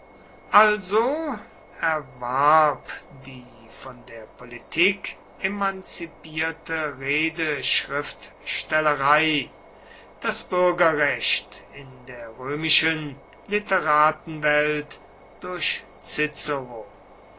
also erwarb die von der politik emanzipierte redeschriftstellerei das bürgerrecht in der römischen literatenwelt durch